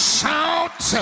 Shout